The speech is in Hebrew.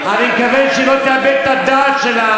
אני מקווה שהיא לא תאבד את הדעת שלה